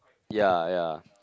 ya ya